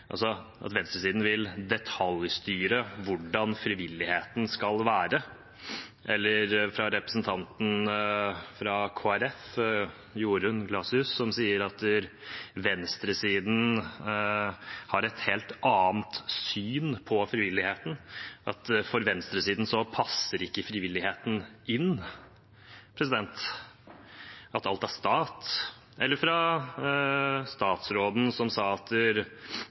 at venstresiden vil «detaljstyre hvordan frivilligheten skal være». Representanten fra Kristelig Folkeparti, Jorunn Gleditsch Lossius, sa at venstresiden har et helt annet syn på frivilligheten, at for venstresiden passer ikke frivilligheten inn, at alt er stat. Statsråden sa at opposisjonen er uenig i at frivilligheten skal være fri. Og representanten Toskedal sa at